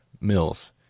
Mills